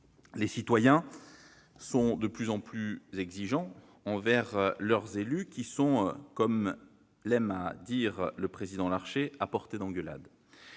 les citoyens sont de plus en plus exigeants envers leurs élus qui sont, comme l'aime à dire le président Larcher, « à portée d'engueulade